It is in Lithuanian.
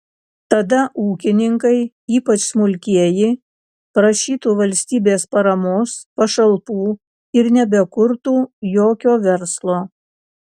tada ūkininkai ypač smulkieji prašytų valstybės paramos pašalpų ir nebekurtų jokio verslo